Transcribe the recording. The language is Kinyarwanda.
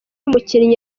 umukinyi